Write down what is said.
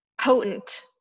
potent